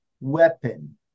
weapon